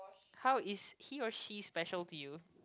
how is he or she special to you